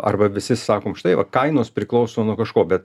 arba visi sakom štai kainos priklauso nuo kažko bet